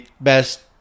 Best